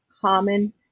common